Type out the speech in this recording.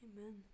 Amen